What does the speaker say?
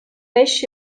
beş